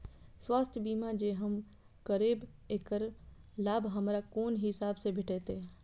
स्वास्थ्य बीमा जे हम करेब ऐकर लाभ हमरा कोन हिसाब से भेटतै?